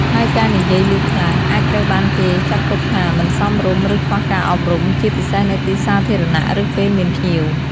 ហើយការនិយាយឮខ្លាំង អាចត្រូវបានគេចាត់ទុកថាមិនសមរម្យ ឬខ្វះការអប់រំ ជាពិសេសនៅទីសាធារណៈ ឬពេលមានភ្ញៀវ។